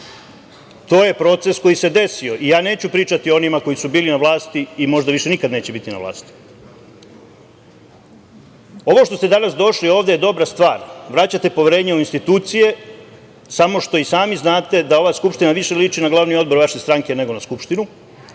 to je proces koji se desio i ja neću pričati o onima koji su bili na vlasti i možda više nikad neće biti na vlasti. Ovo što ste došli ovde je dobra stvar, vraćate poverenje u institucije, samo što i sami znate da ova Skupština više liči na glavni odbor vaše stranke nego na Skupštinu